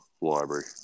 library